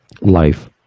Life